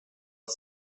its